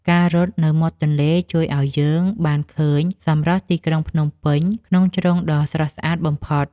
ការរត់នៅមាត់ទន្លេជួយឱ្យយើងបានឃើញសម្រស់ទីក្រុងភ្នំពេញក្នុងជ្រុងដ៏ស្រស់ស្អាតបំផុត។